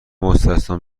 مستثنی